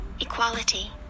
Equality